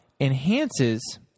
enhances